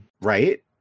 Right